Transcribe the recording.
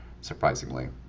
surprisingly